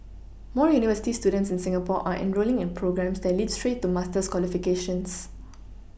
more university students in Singapore are enrolling in programmes that lead straight to master's qualifications